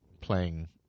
playing